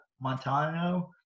Montano